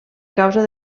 causa